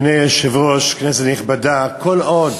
אדוני היושב-ראש, כנסת נכבדה, כל עוד